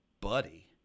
Buddy